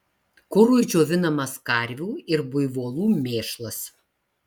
kurui džiovinamas karvių ir buivolų mėšlas